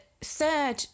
third